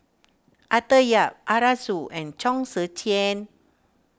Arthur Yap Arasu and Chong Tze Chien